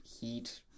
heat